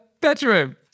bedroom